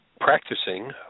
practicing